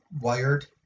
wired